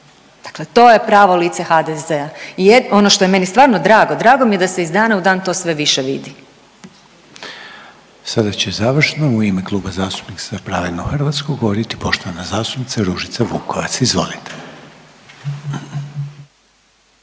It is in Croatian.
Dakle to je pravo lice HDZ-a i je, ono što je meni stvarno drago, drago mi je da se iz dana u dan to sve više vidi. **Reiner, Željko (HDZ)** Sada će završno u ime Kluba zastupnika Za pravednu Hrvatsku govoriti poštovana zastupnica Ružica Vukovac, izvolite.